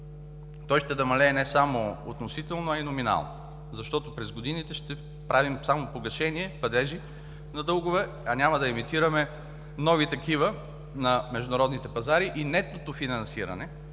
Той ще намалее не само относително, но и номинално, защото през годините ще правим само погашение, падежи на дългове, а няма да емитираме нови такива на международните пазари и нетното финансиране